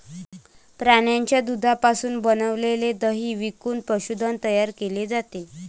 प्राण्यांच्या दुधापासून बनविलेले दही विकून पशुधन तयार केले जाते